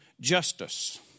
justice